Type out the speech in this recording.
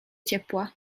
ciepła